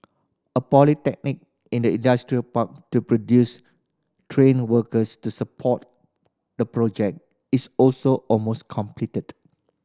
a polytechnic in the industrial park to produce trained workers to support the project is also almost completed